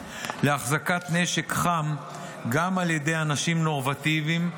להחזקת נשק חם גם על ידי אנשים נורמטיביים".